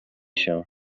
się